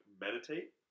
meditate